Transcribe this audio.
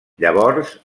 llavors